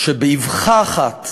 שבאבחה אחת